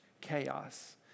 chaos